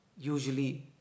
usually